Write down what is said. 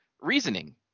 reasoning